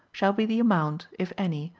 shall be the amount, if any,